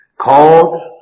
called